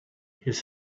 his